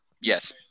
Yes